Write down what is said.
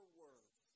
words